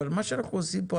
אבל מה שאנחנו עושים פה,